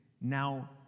now